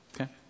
Okay